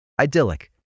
idyllic